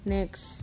Next